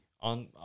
on